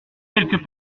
quelque